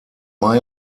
mai